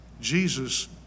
Jesus